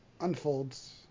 unfolds